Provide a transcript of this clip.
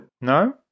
no